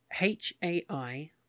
h-a-i